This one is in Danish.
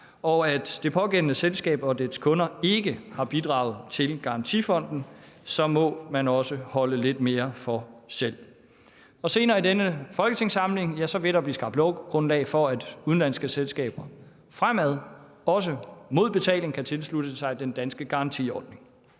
og at det pågældende selskab og dets kunder ikke har bidraget til garantifonden. Så må man også holde lidt mere for selv. Senere i denne folketingssamling vil der blive skabt lovgrundlag for, at udenlandske selskaber fremadrettet også mod betaling kan tilslutte sig den danske garantiordning.